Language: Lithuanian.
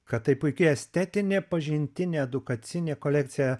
kad tai puiki estetinė pažintinė edukacinė kolekcija